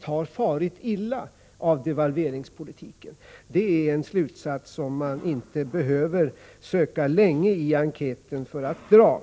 har farit direkt illa av devalveringspolitiken. Det är en slutsats som man inte behöver söka länge i enkäten för att dra.